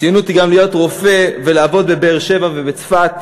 ציונות היא גם להיות רופא ולעבוד בבאר-שבע ובצפת,